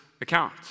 account